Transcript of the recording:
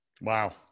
wow